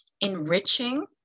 enriching